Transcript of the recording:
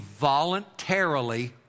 voluntarily